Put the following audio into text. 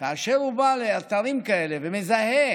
כאשר הוא בא לאתרים כאלה ומזהה